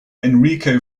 enrico